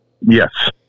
Yes